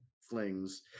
flings